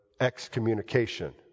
excommunication